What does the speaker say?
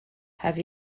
have